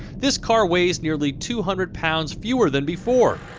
this car weighs nearly two hundred pounds fewer than before.